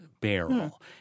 barrel